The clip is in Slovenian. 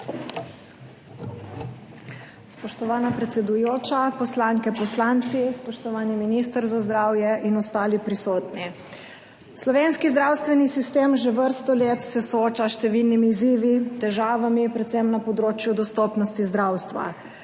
Spoštovana predsedujoča, poslanke, poslanci, spoštovani minister za zdravje in ostali prisotni! Slovenski zdravstveni sistem se že vrsto let sooča s številnimi izzivi, težavami, predvsem na področju dostopnosti zdravstva